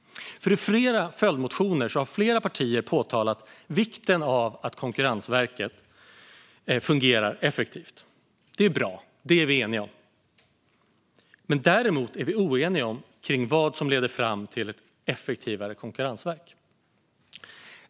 I flera följdmotioner har flera partier pekat på vikten av att Konkurrensverket fungerar effektivt. Det är bra. Det är vi eniga om. Däremot är vi oeniga om vad som leder fram till ett effektivare konkurrensverk.